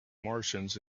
martians